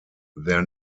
their